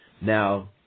Now